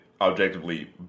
objectively